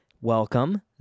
welcome